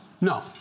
No